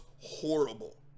horrible